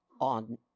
on